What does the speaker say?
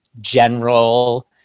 general